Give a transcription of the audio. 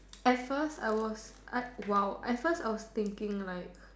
at first I was I !wow! at first I was thinking like